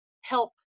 help